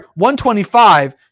125